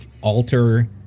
alter